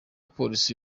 polisi